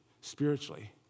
spiritually